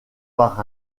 par